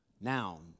Now